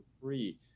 free